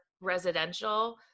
residential